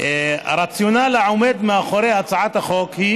הרציונל העומד מאחורי הצעת החוק הוא